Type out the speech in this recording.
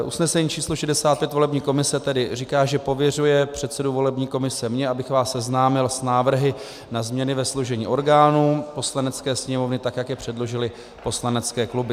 Usnesení číslo 65 volební komise tedy říká, že pověřuje předsedu volební komise mě abych vás seznámil s návrhy na změny ve složení orgánů Poslanecké sněmovny, tak jak je předložily poslanecké kluby: